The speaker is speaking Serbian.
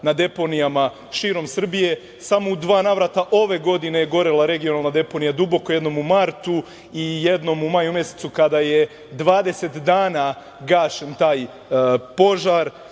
na deponijama širom Srbije, samo u dva navrata ove godine je gorela regionalna deponija Duboko, jednom u martu i jednom u maju mesecu, kada je 20 dana gašen taj požar,